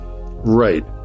Right